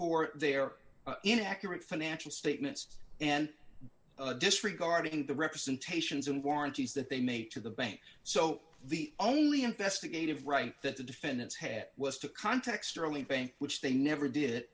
for their inaccurate financial statements and disregarding the representations and warranties that they made to the bank so the only investigative right that the defendants had was to context only bank which they never did